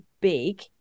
big